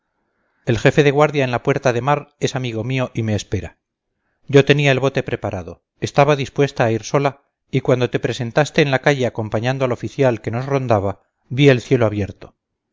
el jefe de guardia en la puerta de mar es amigo mío y me espera yo tenía el bote preparado estaba dispuesta a ir sola y cuando te presentaste en la calle acompañando al oficial que nos rondaba vi el cielo abierto